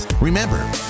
Remember